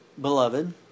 beloved